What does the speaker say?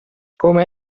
come